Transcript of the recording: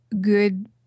good